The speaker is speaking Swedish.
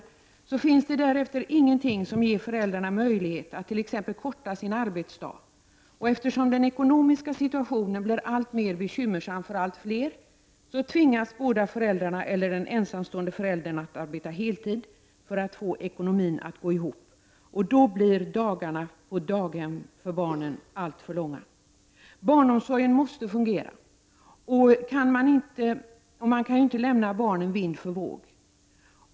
Det finns därefter ingenting som ger föräldrarna möjlighet att t.ex. förkorta sin arbetsdag. Eftersom den ekonomiska situationen blir alltmer bekymmersam för allt fler, tvingas båda föräldrarna eller den ensamstående föräldern att arbeta heltid för att få ekonomin att gå ihop, och då blir dagarna på daghem för barnen alltför långa. Barnomsorgen måste fungera. Man kan inte lämna barnen vind för våg.